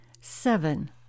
Seven